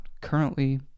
currently